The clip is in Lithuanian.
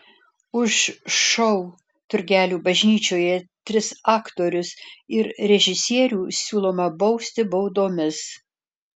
už šou turgelių bažnyčioje tris aktorius ir režisierių siūloma bausti baudomis